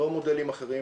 לא מודלים אחרים,